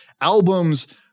albums